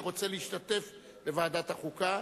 שרוצה להשתתף בוועדת החוקה,